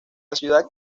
ciudad